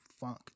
funk